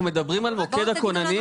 אנחנו מדברים על מוקד הכוננים?